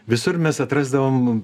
visur mes atrasdavom